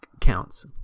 counts